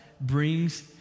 brings